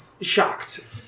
shocked